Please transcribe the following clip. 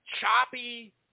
choppy